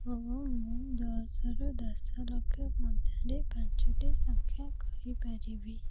ହଁ ମୁଁ ମୁଁ ଦଶରୁ ଦଶ ଲକ୍ଷ ମଧ୍ୟରେ ପାଞ୍ଚଟି ସଂଖ୍ୟା କହିପାରିବି